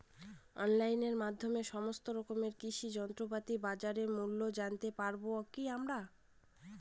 অনলাইনের মাধ্যমে সমস্ত রকম কৃষি যন্ত্রপাতির বাজার মূল্য জানতে পারবো কি?